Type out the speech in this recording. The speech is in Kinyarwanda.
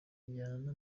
injyana